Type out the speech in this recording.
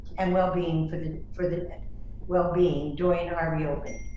and well being for the for the well being during our reopening.